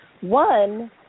one